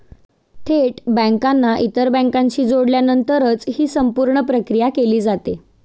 थेट बँकांना इतर बँकांशी जोडल्यानंतरच ही संपूर्ण प्रक्रिया केली जाते